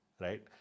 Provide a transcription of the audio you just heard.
right